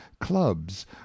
clubs